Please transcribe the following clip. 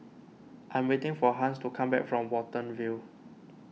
I am waiting for Hans to come back from Watten View